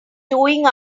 doing